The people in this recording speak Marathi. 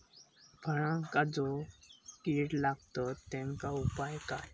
फळांका जो किडे लागतत तेनका उपाय काय?